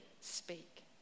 speak